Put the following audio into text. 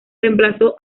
reemplazo